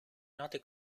noti